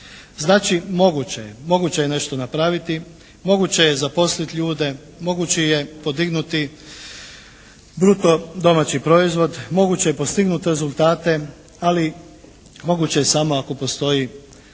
Znači moguće je, moguće je nešto napraviti, moguće je zaposliti ljude, moguće je podignuti bruto domaći proizvod, moguće je postignuti rezultate, ali i moguće je samo ako postoji jasna